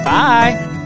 Bye